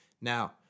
Now